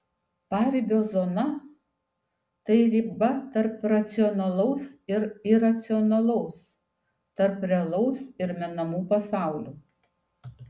paribio zona tai riba tarp racionalaus ir iracionalaus tarp realaus ir menamų pasaulių